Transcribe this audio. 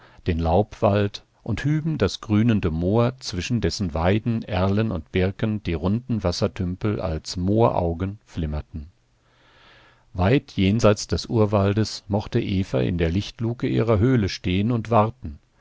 den laubwald und hüben das grünende moor zwischen dessen weiden erlen und birken die runden wassertümpel als mooraugen flimmerten weit jenseits des urwaldes mochte eva in der lichtluke ihrer höhle stehen und warten